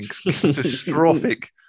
catastrophic